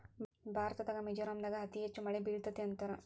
ಭಾರತದಾಗ ಮಿಜೋರಾಂ ದಾಗ ಅತಿ ಹೆಚ್ಚ ಮಳಿ ಬೇಳತತಿ ಅಂತಾರ